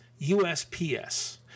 USPS